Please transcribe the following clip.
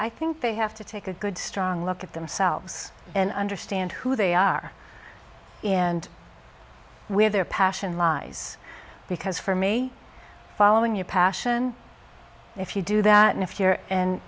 i think they have to take a good strong look at themselves and understand who they are and where their passion lies because for me following your passion if you do that and if you're